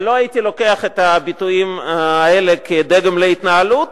אבל לא הייתי לוקח את הביטויים האלה כדגם להתנהלות,